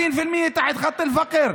56%. (אומר בערבית: 50% מתחת לקו העוני.)